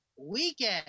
weekend